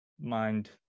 mind